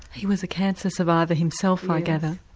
he was a cancer survivor himself i gather.